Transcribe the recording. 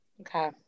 okay